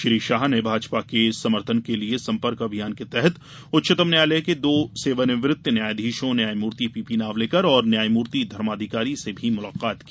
श्री शाह ने भाजपा के समर्थन के लिए संपर्क अभियान के तहत उच्चतम न्यायालय के दो सेवानिवृत्त न्यायाधीशों न्यायमूर्ति पीपी नावलेकर और न्यायमूर्ति धर्माधिकारी से भी मुलाकात की